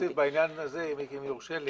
אני רוצה להוסיף בעניין הזה, אם יורשה לי.